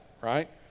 right